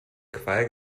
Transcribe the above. qual